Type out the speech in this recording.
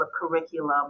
curriculum